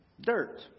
Dirt